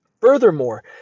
Furthermore